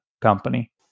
company